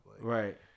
Right